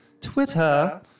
Twitter